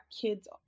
kids